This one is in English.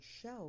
show